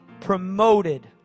promoted